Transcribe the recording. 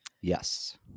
Yes